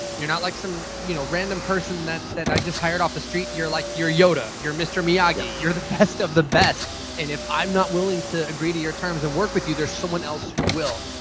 you're not like some you know random person that that i just hired off the street. you're like yoda. you're mr. miyagi. you're the best of the best and if i'm not willing to agree to your terms and work with you, there's someone else who will.